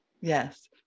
Yes